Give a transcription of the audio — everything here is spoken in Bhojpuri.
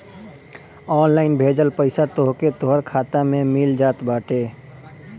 ऑनलाइन भेजल पईसा तोहके तोहर खाता में मिल जात बाटे